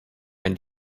and